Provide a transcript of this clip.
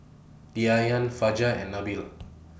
Diyana Fajar and Nabil